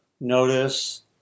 notice